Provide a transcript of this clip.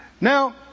Now